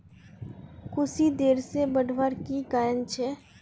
कुशी देर से बढ़वार की कारण छे?